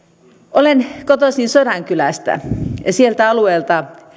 olen kotoisin sodankylästä siellä alueella